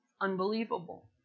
Unbelievable